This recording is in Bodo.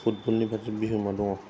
फुटबलनि बादि बिहोमा दङ